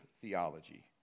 theology